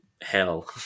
hell